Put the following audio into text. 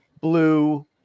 blue